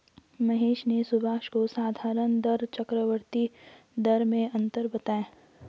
महेश ने सुभाष को साधारण दर चक्रवर्ती दर में अंतर बताएं